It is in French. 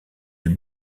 elle